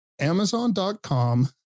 Amazon.com